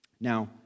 Now